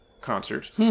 concert